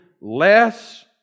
less